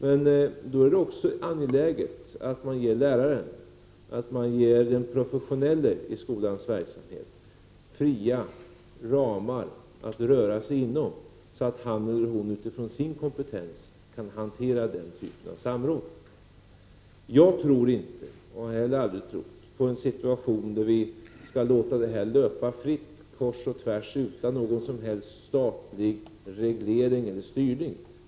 Men då är det också angeläget att man ger läraren, den professionelle i skolans verksamhet, fria ramar att röra sig inom, så att han eller hon utifrån sin kompetens kan hantera den typen av samråd. Jag tror inte — och har heller aldrig trott — på en situation där vi så att säga skall låta detta löpa fritt, kors och tvärs, utan någon som helst statlig reglering eller styrning.